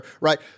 Right